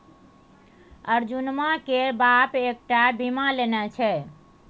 अर्जुनमा केर बाप कएक टा बीमा लेने छै